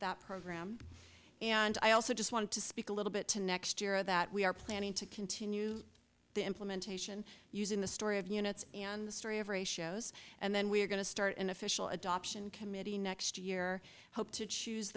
that program and i also just wanted to speak a little bit to next year that we are planning to continue the implementation using the story of units and the story of ratios and then we are going to start an official adoption committee next year hope to choose